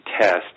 test